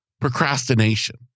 procrastination